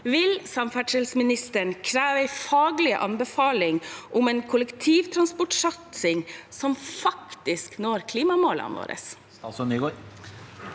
Vil samferdselsministeren kreve en faglig anbefaling om en kollektivtransportsatsing som faktisk når klimamålene våre? Statsråd